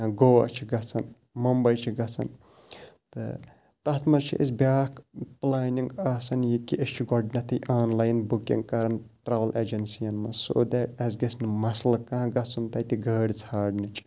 گوا چھِ گژھان ممبے چھِ گژھان تہٕ تَتھ منٛز چھِ أسۍ بیٛاکھ پٕلانِگ آسان یہِ کہِ أسۍ چھِ گۄڈنٮ۪تھٕے آنلایَن بُکِنٛگ کَران ٹرٛیوٕل اٮ۪جَنسی یَن منٛز سو دیٹ اَسہِ گَژھِ نہٕ مَسلہٕ کانٛہہ گژھُن تَتہِ گٲڑۍ ژھانڑنٕچ